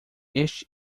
este